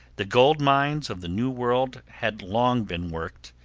the gold mines of the new world had long been worked,